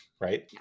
right